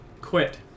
quit